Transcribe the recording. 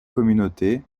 communautés